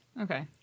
Okay